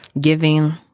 giving